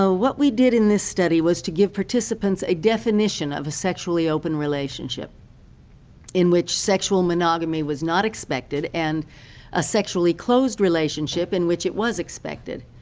so what we did in this study was to give participants a definition of a sexually open relationship in which sexual monogamy was not expected and a sexually closed relationship in which it was expected,